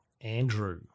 Andrew